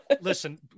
listen